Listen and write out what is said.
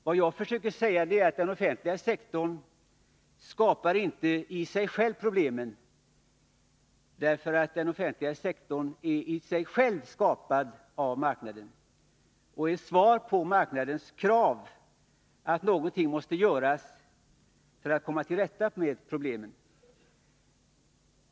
Vad jag försöker säga är att den offentliga sektorn som sådan inte skapar problemen. Den offentliga sektorn är i sig skapad av marknaden och är ett svar på marknadens krav på att någonting måste göras för att komma till rätta med problemen.